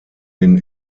den